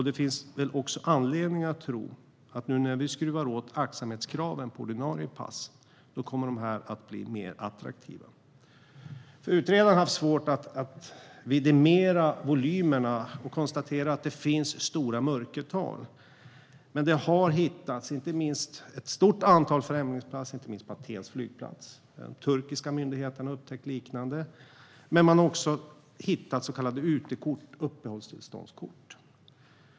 Det finns också anledning att tro att när vi nu skruvar åt aktsamhetskraven på ordinarie pass kommer de här att bli mer attraktiva. Utredaren har haft svårt att vidimera volymerna och konstaterar att det finns stora mörkertal. Men det har hittats ett stort antal främlingspass, inte minst på Atens flygplats. Även de turkiska myndigheterna har upptäckt liknande. Man har också hittat så kallade UT-kort, det vill säga uppehållstillståndskort.